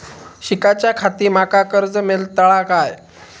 शिकाच्याखाती माका कर्ज मेलतळा काय?